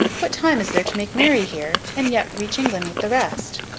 what time is there to make merry here, and yet reach england with the rest